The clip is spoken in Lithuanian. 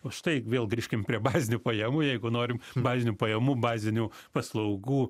o štai vėl grįžkim prie bazinių pajamų jeigu norim bazinių pajamų bazinių paslaugų